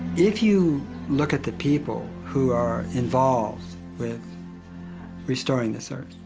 if you look at the people who are involved with restoring this earth,